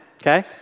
okay